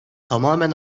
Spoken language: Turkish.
tamamen